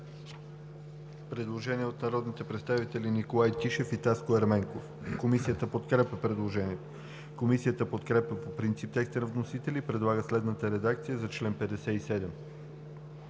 предложение от народните представители Николай Тишев и Таско Ерменков. Комисията подкрепя предложението. Комисията подкрепя по принцип текста на вносителя и предлага следната редакция за чл. 57: